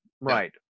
right